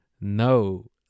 No